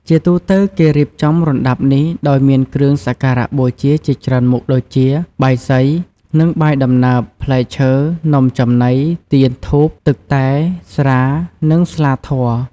ជាទូទៅ គេរៀបចំរណ្តាប់នេះដោយមានគ្រឿងសក្ការៈបូជាជាច្រើនមុខដូចជា បាយសី និងបាយដំណើប ផ្លែឈើ នំចំណី ទៀន ធូប ទឹកតែ ស្រា និងស្លាធម៌។